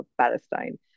Palestine